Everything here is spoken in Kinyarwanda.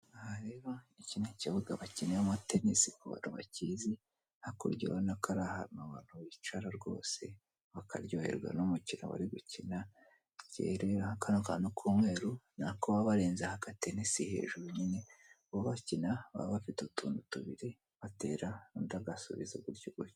Iki ni kibuga bakiniramo teni kubakizi hakurya ubona ko ari ahantu abantu bicara rwose bakaryoherwa n'umukino bari gukina, kano kantu k'umweru ni ako baba barenzaho akadenesi hejuru nyine baba bakina baba bafite utuntu tubiri batera undi agasubiza gutyo gutyo.